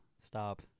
stop